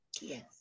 Yes